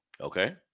okay